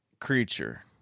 creature